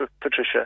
Patricia